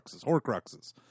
Horcruxes